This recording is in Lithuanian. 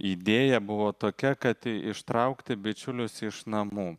idėja buvo tokia kad ištraukti bičiulius iš namų